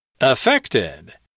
affected